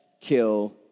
kill